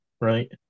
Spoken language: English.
Right